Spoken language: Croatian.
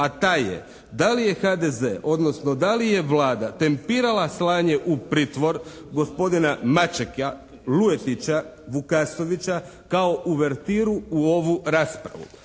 a ta je da li je HDZ, odnosno da li je Vlada tempirala slanje u pritvor gospodina Mačeka, Luetića, Vukasovića kao uvertiru u ovu raspravu.